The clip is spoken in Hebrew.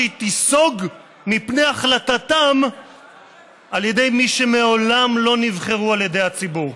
שהיא תיסוג מפני החלטתם על ידי מי שמעולם לא נבחרו על ידי הציבור?